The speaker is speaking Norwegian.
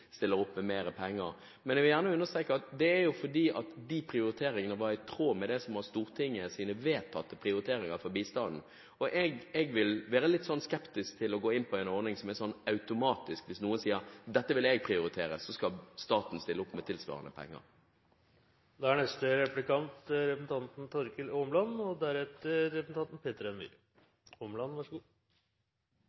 stiller opp med bistandspenger og matcher gjerne private. For eksempel i forbindelse med familieplanleggingsmøtet i London i sommer, der Bill & Melinda Gates Foundation stilte opp med penger, stilte vi opp med mer penger. Men jeg vil gjerne understreke at disse prioriteringene var i tråd med Stortingets vedtatte prioriteringer for bistanden. Jeg vil være litt skeptisk til å gå inn på en ordning som er automatisk, slik at hvis noen sier at dette vil jeg prioritere, skal staten stille opp med tilsvarende penger. Statsråden og